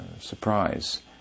surprise